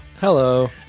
Hello